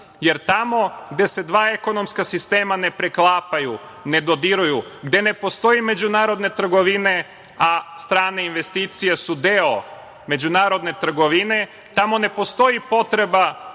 jer tamo gde se dva ekonomska sistema ne preklapaju, ne dodiruju, gde ne postoje međunarodne trgovine, a strane investicije su deo međunarodne trgovine, tamo ne postoji potreba